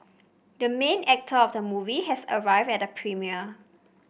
the main actor of the movie has arrived at the premiere